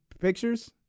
pictures